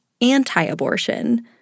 anti-abortion